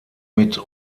mit